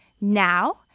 Now